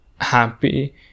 happy